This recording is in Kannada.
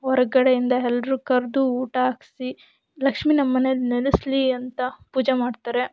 ಹೊರ್ಗಡೆಯಿಂದ ಎಲ್ರು ಕರೆದು ಊಟ ಹಾಕಿಸಿ ಲಕ್ಷ್ಮಿ ನಮ್ಮನೇಲಿ ನೆಲೆಸ್ಲಿ ಅಂತ ಪೂಜೆ ಮಾಡ್ತಾರೆ